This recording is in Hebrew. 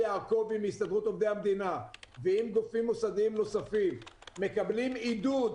יעקבי מהסתדרות עובדי המדינה ואם גופים מוסדיים נוספים מקבלים עידוד,